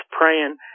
praying